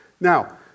Now